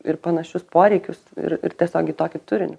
ir panašius poreikius ir ir tiesiog į tokį turinį